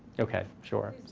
ok, sure.